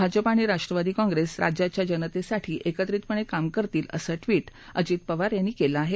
भाजपा आणि राष्ट्रवादी काँप्रेस राज्याघ्या जनतेसाठी एकत्रितपणे काम करतील असं ट्विट अजित पवार यांनी केलं आहे